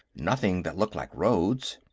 nothing that looked like roads.